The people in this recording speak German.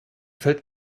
fällt